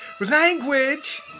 Language